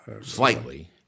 Slightly